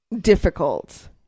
difficult